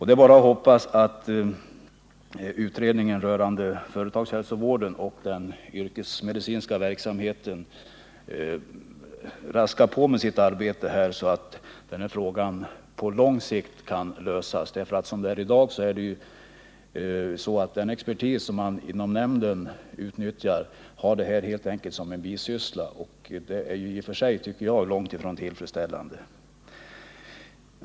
Det är bara att hoppas att utredningen rörande företagshälsovården och den yrkesmedicinska verksamheten raskar på med sitt arbete, så att den här frågan kan lösas på lång sikt. I dag är det så att den expertis som man utnyttjar inom nämnden har detta arbete som en bisyssla. Det är, tycker jag, långtifrån tillfredsställande.